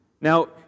Now